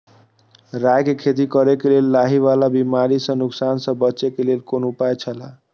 राय के खेती करे के लेल लाहि वाला बिमारी स नुकसान स बचे के लेल कोन उपाय छला?